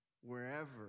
wherever